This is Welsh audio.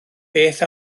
beth